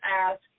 ask